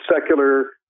secular